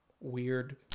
weird